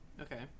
Okay